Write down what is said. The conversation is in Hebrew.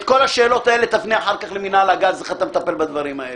את כל השאלות האלה תפנה אחר כך למינהל הגז על איך אתה מטפל בדברים האלה.